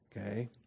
okay